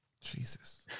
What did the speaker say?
Jesus